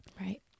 Right